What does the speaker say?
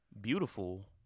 beautiful